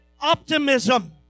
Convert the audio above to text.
optimism